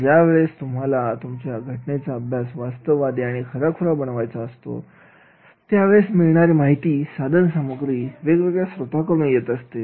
तर ज्यावेळेस तुम्हाला तुमची घटनेचा अभ्यास वास्तववादी आणि खराखुरा बनवायचा असतो त्या वेळेस मिळणारी माहिती साधनसामग्री वेगवेगळ्या स्रोतांकडून येत असते